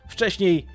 Wcześniej